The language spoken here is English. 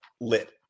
lit